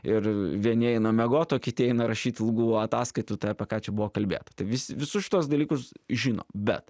ir vieni eina miegot o kiti eina rašyt ilgų ataskaitų tai apie ką čia buvo kalbėta vis visus šituos dalykus žino bet